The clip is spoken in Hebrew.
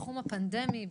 בתחום הפנדמי.